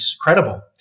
credible